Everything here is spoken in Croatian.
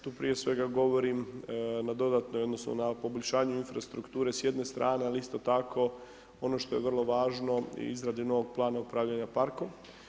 Tu prije svega govorim na dodatnoj odnosno na poboljšanju infrastrukture s jedne strane ali isto tako ono što je vrlo važno i izrade novog plana upravljanja parkom.